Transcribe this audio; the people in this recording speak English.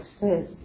says